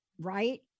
Right